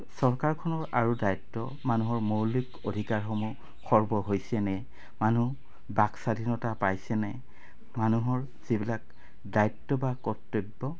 চৰকাৰখনৰ আৰু দায়িত্ব মানুহৰ মৌলিক অধিকাৰসমূহ সৰ্ব হৈছেনে মানুহে বাক স্বাধীনতা পাইছেনে মানুহৰ যিবিলাক দায়িত্ব বা কৰ্তব্য